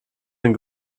den